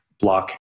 block